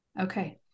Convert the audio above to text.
okay